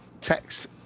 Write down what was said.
text